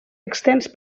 extens